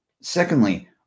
secondly